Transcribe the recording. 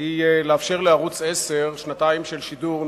היא לאפשר לערוץ-10 שנתיים נוספות של שידור,